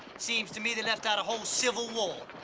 seems to me they left out a whole civil war.